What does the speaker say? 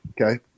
okay